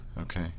Okay